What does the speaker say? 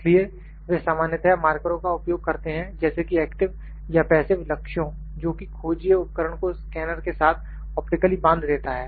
इसलिए वे सामान्यतया मार्करो का उपयोग करते हैं जैसे कि एक्टिव या पैसिव लक्ष्यों जोकि खोजिय उपकरण को स्कैनर के साथ ऑप्टिकली बांध देता है